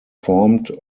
formed